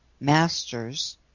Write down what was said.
masters